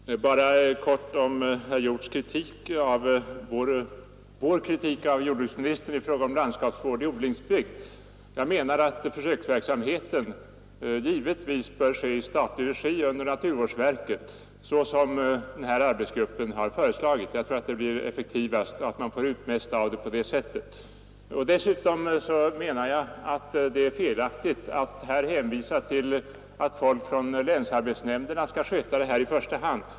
Herr talman! Jag skall bara kort bemöta herr Hjorths kritik av vår kritik av jordbruksministern i fråga om landskapsvård i odlingsbygd. Jag anser att försöksverksamheten givetvis bör ske i statlig regi under naturvårdsverket, såsom arbetsgruppen har föreslagit. Jag tror att verksamheten blir effektivast och att man får ut mest av den på det sättet. Dessutom menar jag att det är felaktigt att hänvisa till att folk från länsarbetsnämnderna skall sköta detta arbete i första hand.